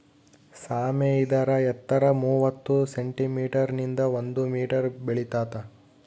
ಸಾಮೆ ಇದರ ಎತ್ತರ ಮೂವತ್ತು ಸೆಂಟಿಮೀಟರ್ ನಿಂದ ಒಂದು ಮೀಟರ್ ಬೆಳಿತಾತ